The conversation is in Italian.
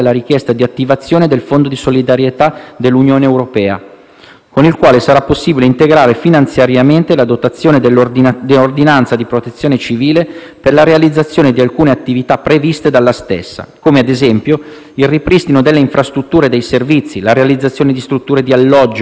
con il quale sarà possibile integrare finanziariamente la dotazione dell'ordinanza di protezione civile per la realizzazione di alcune attività previste dalla stessa come, ad esempio, il ripristino delle infrastrutture e dei servizi, la realizzazione di strutture di alloggio per soddisfare le necessità immediate anche della popolazione rurale,